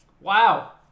wow